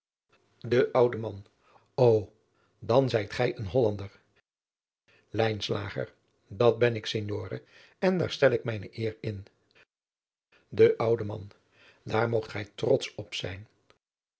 de oude man o dan zijt gij een hollander lijnslager dat ben ik signore en daar stel ik mijne eer in de oude man daar moogt gij trotsch op zijn